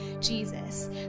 Jesus